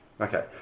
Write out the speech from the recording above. okay